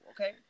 Okay